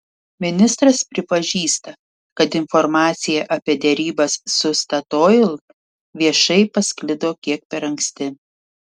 ministras pripažįsta kad informacija apie derybas su statoil viešai pasklido kiek per anksti